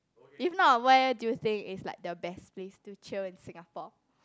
if not way do you think is like the best place to chill in Singapore